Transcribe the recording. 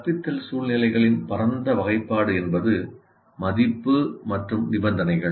கற்பித்தல் சூழ்நிலைகளின் பரந்த வகைப்பாடு என்பது மதிப்பு மற்றும் நிபந்தனைகள்